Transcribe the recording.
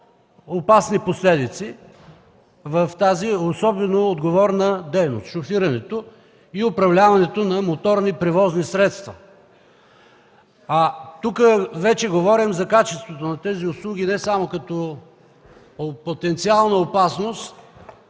опасни последици в тази особено отговорна дейност – шофирането и управляването на моторни превозни средства. Тук вече говорим за качеството на тези услуги не само като потенциална опасност,